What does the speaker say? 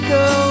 go